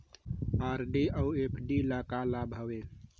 RD अऊ FD ल का लाभ हवे?